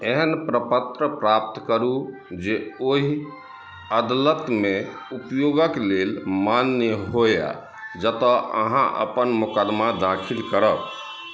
एहन प्रपत्र प्राप्त करू जे ओहि अदालतमे उपयोगक लेल मान्य होय जतऽ अहाँ अपन मोकदमा दाखिल करब